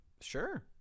Sure